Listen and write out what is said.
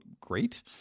great